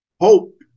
hope